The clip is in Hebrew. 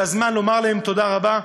זה הזמן לומר להם תודה רבה.